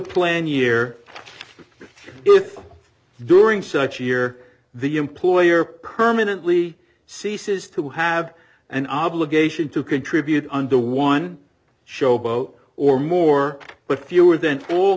plan year if during such year the employer permanently ceases to have an obligation to contribute under one showboat or more but fewer than